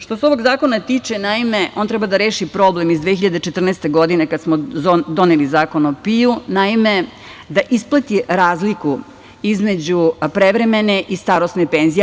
Što se ovog zakona tiče, naime, on treba da reši problem iz 2014. godine, kada smo doneli Zakon o PIO, naime, da isplati razliku između prevremene i starosne penzije.